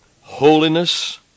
holiness